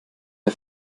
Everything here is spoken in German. der